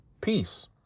peace